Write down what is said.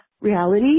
reality